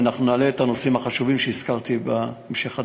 ואנחנו נעלה את הנושאים החשובים שהזכרתי בהמשך הדברים.